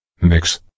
mix